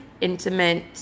intimate